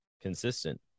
consistent